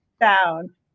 down